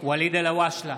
ואליד אל הואשלה,